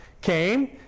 came